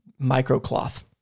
microcloth